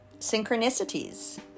synchronicities